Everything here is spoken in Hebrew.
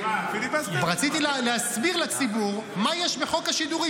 רציתי להסביר לציבור מה יש בחוק השידורים.